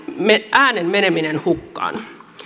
äänen meneminen hukkaan